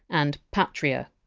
and! patria,